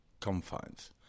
confines